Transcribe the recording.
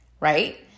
right